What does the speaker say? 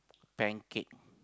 pancake